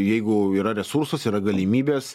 jeigu yra resursas yra galimybės